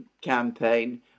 campaign